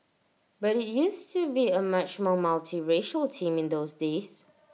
but IT used to be A much more multiracial team in those days